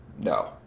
No